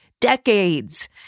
decades